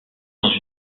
dans